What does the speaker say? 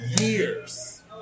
years